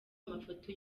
amafoto